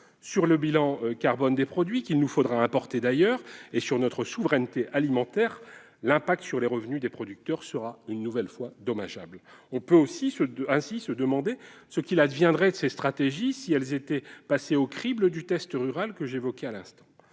sur le bilan carbone des produits qu'il faudra importer et sur notre souveraineté alimentaire, l'impact sur les revenus des producteurs sera une nouvelle fois dommageable. On peut se demander ce qu'il adviendrait de ces stratégies si elles étaient passées au crible du « test rural » que j'évoquais à l'instant.